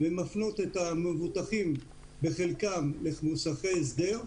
הן מפנות את המבוטחים בחלקם למוסכי הסדר,